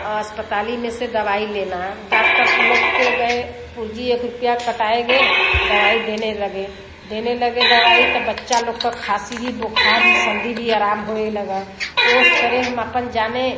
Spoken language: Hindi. अस्पताल ही में से दवाई लेना है डाक्टर लोग के गए पर्ची एक रुपया कटाए गए दवाई देने लगे देने लगे दवाई तो बच्चा लोग को खासी भी बुखार भी सर्दी भी अराम होए लगा उस तरह हम अपन जाने